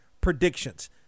predictions